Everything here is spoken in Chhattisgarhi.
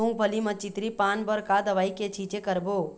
मूंगफली म चितरी पान बर का दवई के छींचे करबो?